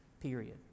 period